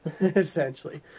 essentially